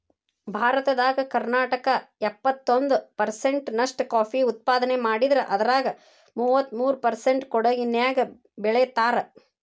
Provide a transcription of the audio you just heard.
ಭಾರತದಾಗ ಕರ್ನಾಟಕ ಎಪ್ಪತ್ತೊಂದ್ ಪರ್ಸೆಂಟ್ ನಷ್ಟ ಕಾಫಿ ಉತ್ಪಾದನೆ ಮಾಡಿದ್ರ ಅದ್ರಾಗ ಮೂವತ್ಮೂರು ಪರ್ಸೆಂಟ್ ಕೊಡಗಿನ್ಯಾಗ್ ಬೆಳೇತಾರ